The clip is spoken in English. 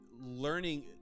Learning